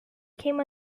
came